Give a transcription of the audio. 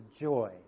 joy